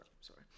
sorry